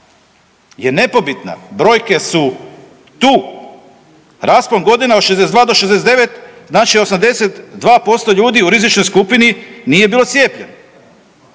je nepobitna. Brojke su tu. Raspon godina od 62 do 69 znači 82% ljudi u rizičnoj skupini nije bilo cijepljeno.